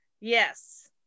yes